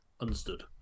understood